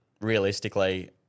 realistically –